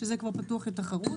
שזה כבר פתוח לתחרות.